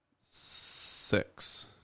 Six